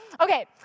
Okay